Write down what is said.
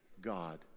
God